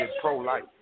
pro-life